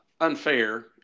unfair